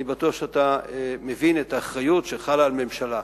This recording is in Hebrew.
אני בטוח שאתה מבין את האחריות שחלה על הממשלה.